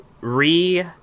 Re